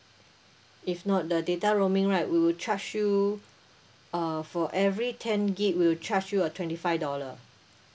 if not the data roaming right we will charge you uh for every ten gig we'll charge you a twenty five dollar